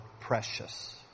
precious